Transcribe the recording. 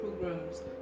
programs